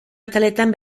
ataletan